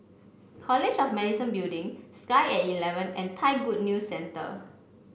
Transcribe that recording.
college of Medicine Building Sky at eleven and Thai Good News Centre